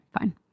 fine